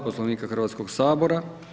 Poslovnika Hrvatskog sabora.